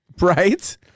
Right